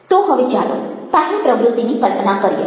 તો હવે ચાલો પહેલી પ્રવૃત્તિની કલ્પના કરીએ